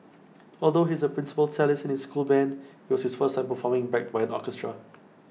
although he is the principal cellist in his school Band IT was his first time performing backed by an orchestra